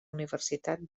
universitat